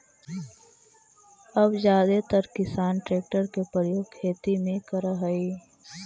अब जादेतर किसान ट्रेक्टर के प्रयोग खेती में करऽ हई